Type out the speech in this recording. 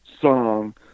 song